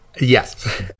Yes